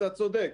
אתה צודק.